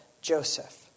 Joseph